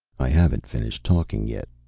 i haven't finished talking yet,